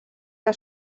que